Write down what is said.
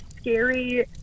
scary